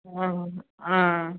ആ